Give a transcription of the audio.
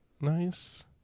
Nice